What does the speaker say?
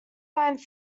lines